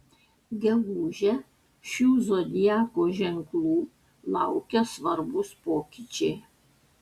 gegužę šių zodiako ženklų laukia svarbūs pokyčiai